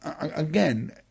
again